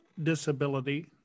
disability